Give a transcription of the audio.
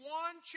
one